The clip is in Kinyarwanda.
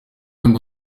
ngo